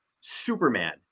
Superman